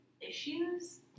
issues